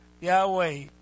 Yahweh